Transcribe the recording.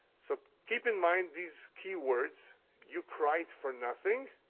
so keep in mind these key words you cried for nothing,